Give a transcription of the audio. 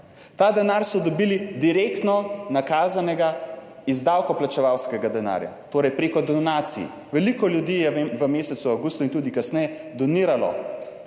Ta denar so dobili direktno nakazanega iz davkoplačevalskega denarja, torej preko donacij. Veliko ljudi je v mesecu avgustu in tudi kasneje doniralo